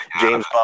James